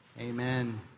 Amen